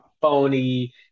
phony